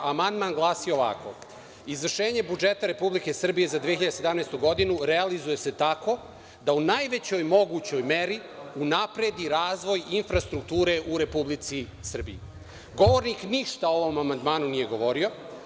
Amandman glasi ovako: „Izvršenje budžeta Republike Srbije za 2017. godinu realizuje se tako da u najvećoj mogućoj meri unapredi razvoj infrastrukture u Republici Srbiji.“ Govornik ništa o ovom amandmanu nije govorio.